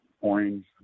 orange